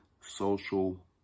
social